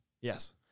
Yes